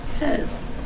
Yes